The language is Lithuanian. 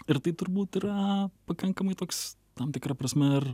ir tai turbūt yra pakankamai toks tam tikra prasme ir